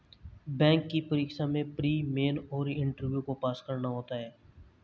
bank की परीक्षा में प्री, मेन और इंटरव्यू को पास करना होता है